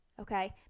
Okay